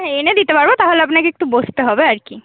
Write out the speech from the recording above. হ্যাঁ এনে দিতে পারবো তাহলে আপনাকে একটু বসতে হবে আর কি